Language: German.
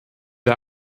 der